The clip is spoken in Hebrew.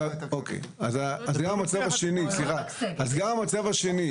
אז גם המצב השני.